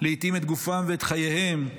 לעתים את גופם ואת חייהם,